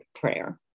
prayer